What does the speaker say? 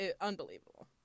unbelievable